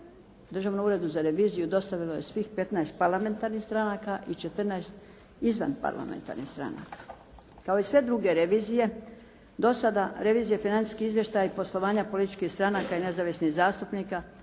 Državnom uredu za reviziju dostavilo je svih 15 parlamentarnih stranaka i 14 izvan parlamentarnih stranaka kao i sve druge revizije. Do sada revizije financijskih izvještaja i poslovanja političkih stranaka i nezavisnih zastupnika